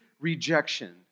rejection